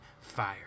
fire